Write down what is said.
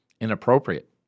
inappropriate